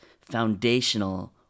foundational